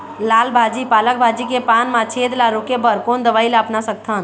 लाल भाजी पालक भाजी के पान मा छेद ला रोके बर कोन दवई ला अपना सकथन?